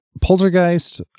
Poltergeist